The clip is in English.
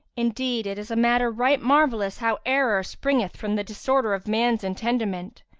indeed, it is a matter right marvellous how error springeth from the disorder of man's intendiment!